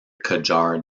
qajar